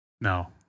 No